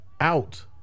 out